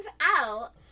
out